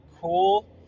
cool